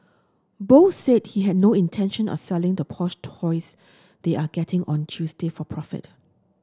both said he had no intention of selling the push toys they are getting on Thursday for profit